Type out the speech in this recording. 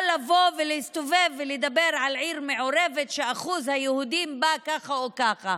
או לבוא ולהסתובב ולדבר על עיר מעורבת שאחוז היהודים בה ככה או ככה,